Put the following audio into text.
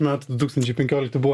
metų du tūkstančiai penkiolikti buvo